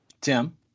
Tim